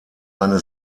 eine